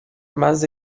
mas